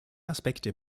aspekte